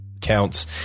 counts